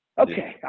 okay